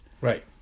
Right